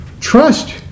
Trust